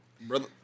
Brother